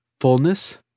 Fullness